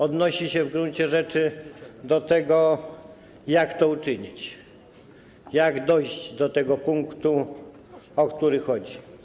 Odnosi się w gruncie rzeczy do tego, jak to uczynić, jak dojść do tego punktu, o który chodzi.